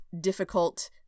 difficult